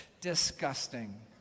disgusting